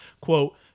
quote